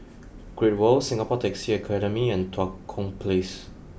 Great World Singapore Taxi Academy and Tua Kong Place